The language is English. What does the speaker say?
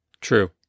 True